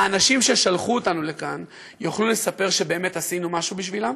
האנשים ששלחו אותנו לכאן יוכלו לספר שבאמת עשינו משהו בשבילם,